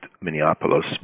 Minneapolis